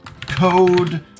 code